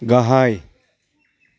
गाहाय